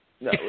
No